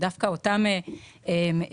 דווקא אותם צעירים,